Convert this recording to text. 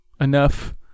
enough